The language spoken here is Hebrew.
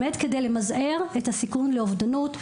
כדי למזער את הסיכון לאובדנות.